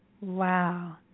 wow